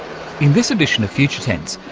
this edition of future tense,